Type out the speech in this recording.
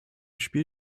spiel